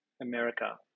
America